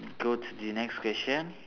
go to the next question